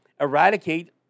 eradicate